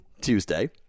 Tuesday